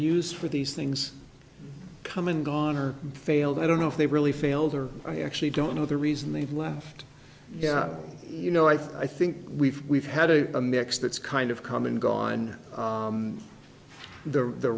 used for these things come in gone or failed i don't know if they really failed or i actually don't know the reason they've left yeah you know i think we've we've had a a mix that's kind of common gone the the